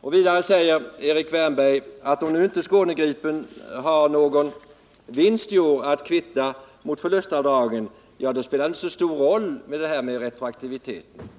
Vidare säger Erik Wärnberg att om nu inte Skåne-Gripen har någon vinst i år att kvitta mot förlustavdragen, så spelar detta med retroaktiviteten inte så stor roll.